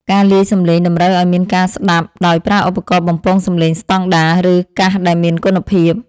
ការលាយសំឡេងតម្រូវឱ្យមានការស្ដាប់ដោយប្រើឧបករណ៍បំពងសំឡេងស្ដង់ដារ ឬ កាសដែលមានគុណភាព។